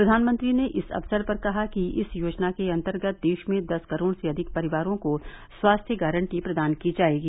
प्रधानमंत्री ने इस अवसर पर कहा कि इस योजना के अंतर्गत देश में दस करोड़ से अधिक परिवारों को स्वास्थ्य गारंटी प्रदान की जाएगी